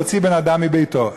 להוציא בן-אדם מביתו.